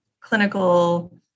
clinical